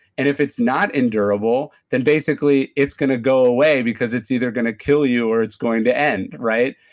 and if it's not endurable, then basically it's going to go away because it's either going to kill you or it's going to end. right?